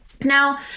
Now